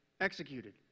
executed